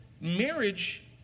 marriage